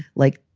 like,